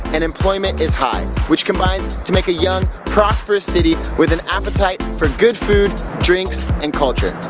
and employment is high, which combines to make a young prosperous city with an appetite for good food, drinks and culture.